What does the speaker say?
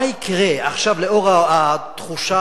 מה יקרה עכשיו, לאור התחושה